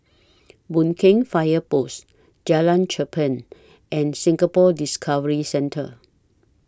Boon Keng Fire Post Jalan Cherpen and Singapore Discovery Centre